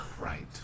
Right